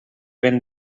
ben